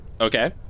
Okay